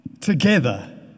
Together